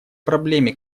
проблеме